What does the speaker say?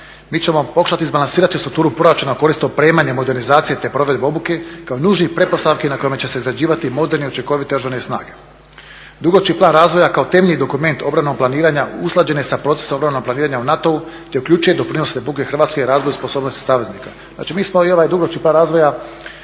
mi ćemo pokušati izbalansirati strukturu proračuna korist opremanja, modernizacije, te provedbe obuke kao i nužnih pretpostavki na kojima će se izrađivati moderna i učinkovite Oružane snage. Dugoročni plan razvoja kao temeljni dokument obranom planiranja usklađena je sa procesom ruralnog planiranja u NATO-u te uključuje doprinose RH razvoju sposobnosti saveznika. Znači mi smo i ovaj dugoročni plan razvoja